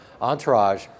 Entourage